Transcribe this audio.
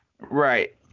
Right